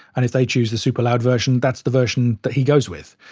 and if they choose the super loud version, that's the version that he goes with.